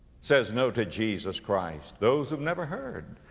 says no to jesus christ. those who've never heard,